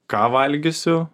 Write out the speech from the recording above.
ką valgysiu